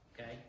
Okay